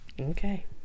Okay